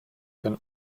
can